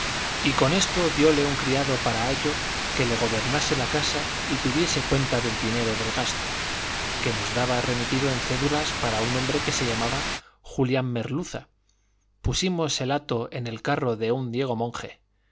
y con esto diole un criado para ayo que le gobernase la casa y tuviese cuenta del dinero del gasto que nos daba remitido en cédulas para un hombre que se llamaba julián merluza pusimos el hato en el carro de un diego monje